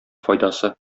файдасы